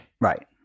Right